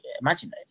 imaginary